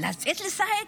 לצאת לשחק,